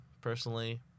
personally